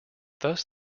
thus